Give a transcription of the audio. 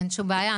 אין שום בעיה,